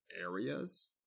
areas